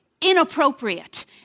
inappropriate